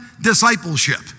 discipleship